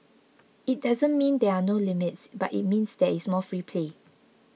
it doesn't mean there are no limits but it means there is more free play